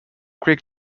creek